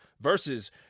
versus